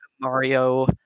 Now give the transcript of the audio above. Mario